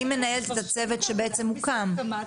היא מנהלת את הצוות שבעצם מוקם,